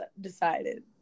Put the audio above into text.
decided